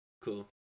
cool